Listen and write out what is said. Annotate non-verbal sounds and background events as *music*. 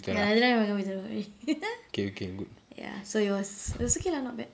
ya nothing wrong with my computer don't worry *laughs* ya so it was it was okay lah not bad